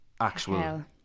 actual